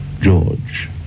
George